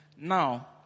Now